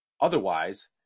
Otherwise